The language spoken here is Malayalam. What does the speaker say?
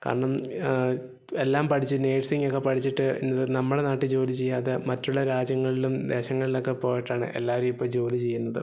കാരണം എല്ലാം പഠിച്ച് നഴ്സിങ്ങൊക്കെ പഠിച്ചിട്ട് ഇന്ന് നമ്മളെ നാട്ടിൽ ജോലി ചെയ്യാതെ മറ്റുള്ള രാജ്യങ്ങളിലും ദേശങ്ങളിലൊക്കെ പോയിട്ടാണ് എല്ലാവരും ഇപ്പോൾ ജോലി ചെയ്യുന്നത്